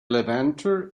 levanter